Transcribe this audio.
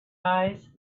eyes